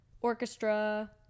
orchestra